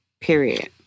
period